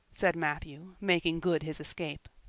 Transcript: said matthew, making good his escape.